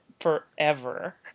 forever